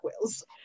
whales